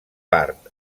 part